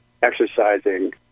exercising